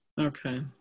Okay